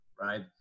right